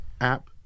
app